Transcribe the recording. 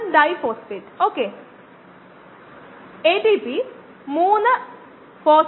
അതിനാൽ detector saturation മേഖലയിൽ നമ്മൾ പ്രവർത്തിക്കുന്നില്ല